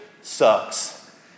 sucks